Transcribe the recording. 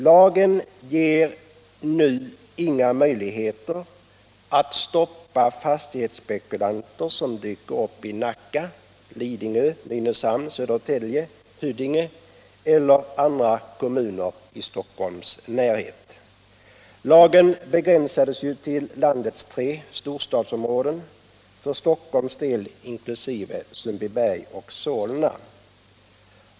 Lagen ger nu inga möjligheter att stoppa fastighetsspekulanter som dyker upp i Nacka, Lidingö, Nynäshamn, Södertälje, Huddinge eller andra kommuner i Stockholms närhet. Lagen begränsades ju till landets tre storstadsområden, för Stockholms del inkl. Sundbyberg och Solna.